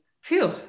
phew